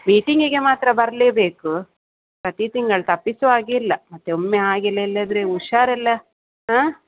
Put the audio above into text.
ಮೀಟಿಂಗಿಗೆ ಮಾತ್ರ ಬರಲೇಬೇಕು ಪ್ರತಿ ತಿಂಗಳು ತಪ್ಪಿಸೊ ಹಾಗೆ ಇಲ್ಲ ಮತ್ತು ಒಮ್ಮೆ ಹಾಗೆ ಎಲ್ಲೆಲ್ಲಾದ್ರೆ ಹುಷಾರಿಲ್ಲ ಹಾಂ